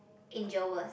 angel was